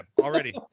already